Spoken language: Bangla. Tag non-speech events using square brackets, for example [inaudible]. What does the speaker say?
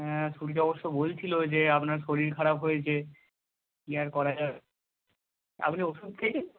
হ্যাঁ সূর্য অবশ্য বলছিলো যে আপনার শরীর খারাপ হয়েছে কী আর করা যাবে আপনি ওষুধ খেয়েছেন [unintelligible]